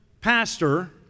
pastor